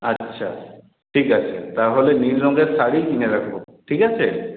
আচ্ছা ঠিক আছে তাহলে নীল রঙের শাড়িই কিনে রাখব ঠিক আছে